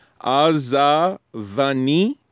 Azavani